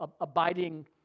abiding